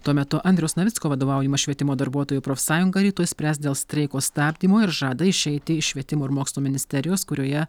tuo metu andriaus navicko vadovaujama švietimo darbuotojų profsąjunga rytoj spręs dėl streiko stabdymo ir žada išeiti iš švietimo ir mokslo ministerijos kurioje